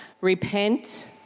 Repent